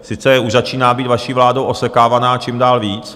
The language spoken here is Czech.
Sice už začíná být vaší vládou osekávaná čím dál víc.